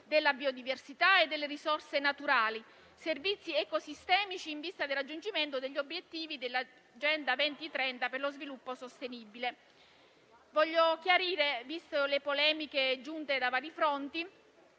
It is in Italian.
della biodiversità, delle risorse naturali e di servizi ecosistemici in vista del raggiungimento degli obiettivi dell'agenda 2030 per lo sviluppo sostenibile. Voglio chiarire, viste le polemiche giunte da vari fronti,